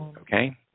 Okay